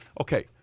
Okay